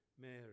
Mary